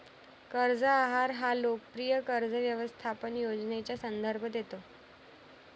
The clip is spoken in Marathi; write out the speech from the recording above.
कर्ज आहार हा लोकप्रिय कर्ज व्यवस्थापन योजनेचा संदर्भ देतो